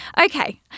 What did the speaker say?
Okay